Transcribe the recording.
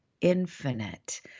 infinite